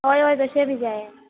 हय हय तशें बी जाय